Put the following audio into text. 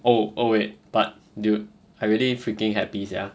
oh oh wait but dude I really freaking happy sia